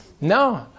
No